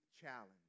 challenge